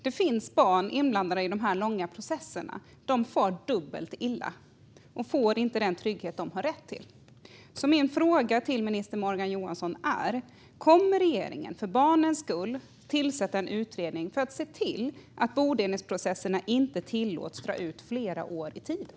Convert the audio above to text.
Det finns barn inblandade i dessa långa processer, och de far dubbelt illa och får inte den trygghet de har rätt till. Min fråga till minister Morgan Johansson är: Kommer regeringen, för barnens skull, att tillsätta en utredning för att se till att bodelningsprocesser inte tillåts dra ut på tiden i flera år?